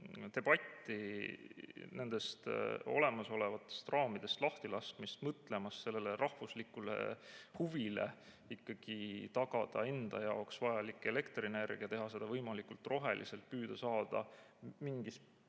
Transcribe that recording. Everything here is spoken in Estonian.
debatti, olemasolevatest raamidest lahtilaskmist, mõtlemist rahvuslikule huvile, et ikkagi tagada enda jaoks vajalik elektrienergia, teha seda võimalikult roheliselt, püüda saada mingis